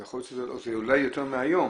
זה אולי יותר מהיום,